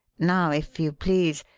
now, if you please,